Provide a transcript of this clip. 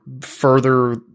further